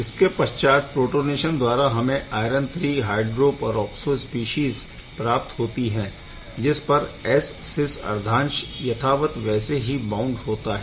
इसके पश्चात प्रोटोनेशन द्वारा हमें iron III hydroperoxo species प्राप्त होती है जिस पर Scys अर्धांश यथावत वैसे ही बउण्ड होता है